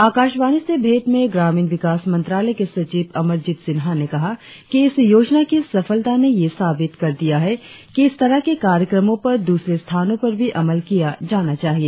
आकाशवाणी से भेंट में ग्रामीण विकास मंत्रालय के सचिव अमरजीत सिन्हा ने कहा कि इस योजना की सफलता ने यह साबित कर दिया है कि इस तरह के कार्यक्रमों पर द्रसरे स्थानों पर भी अमल किया जाना चाहिए